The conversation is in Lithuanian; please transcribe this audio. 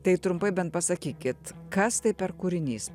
tai trumpai bent pasakykit kas tai per kūrinys